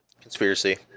Conspiracy